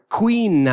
queen